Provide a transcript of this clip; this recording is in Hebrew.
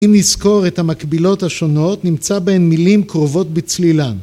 אם נזכור את המקבילות השונות נמצא בהן מילים קרובות בצלילן.